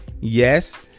Yes